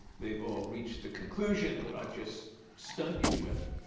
they've all reached the conclusion that i've just stunned you with,